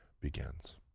begins